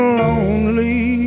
lonely